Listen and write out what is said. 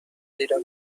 زیرا